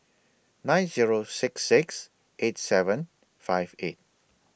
nine Zero six six eight seven five eight